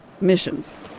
missions